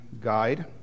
guide